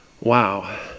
Wow